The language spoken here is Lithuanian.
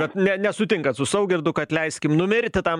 bet ne nesutinkat su saugirdu kad leiskim numirti tam